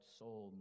soul